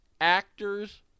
actors